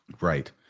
Right